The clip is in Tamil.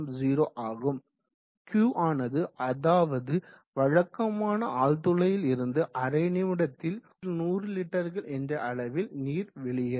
Qஆனது அதாவது வழக்காமன ஆழ்துளையில் இருந்து அரை நிமிடத்தில் 100 லிட்டர்கள் என்ற அளவில் நீர் வெளியேறும்